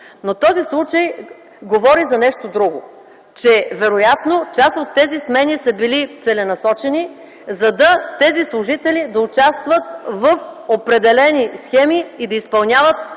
Но този случай говори за нещо друго – че вероятно част от тези смени са били целенасочени, та тези служители да участват в определени схеми и да изпълняват определени